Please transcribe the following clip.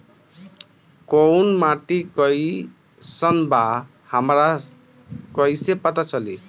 कोउन माटी कई सन बा हमरा कई से पता चली?